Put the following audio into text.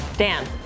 Dan